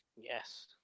Yes